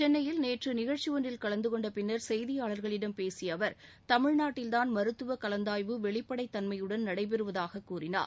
சென்னையில் நேற்று நிகழ்ச்சி ஒன்றில் கலந்து கொண்ட பின்னர் செய்தியாளர்களிடம் பேசிய அவர் தமிழ்நாட்டில்தான் மருத்துவ கலந்தாய்வு வெளிப்படைத் தன்மையுடன் நடைபெறுவதாக கூறினார்